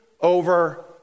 over